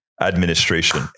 Administration